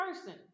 person